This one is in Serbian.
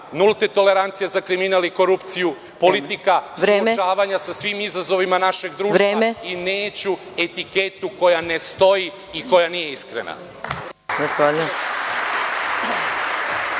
nulte tolerancije za kriminal za korupciju, politika suočavanja sa svim izazovima našeg društva i neću etiketu koja ne stoji i koja nije iskrena.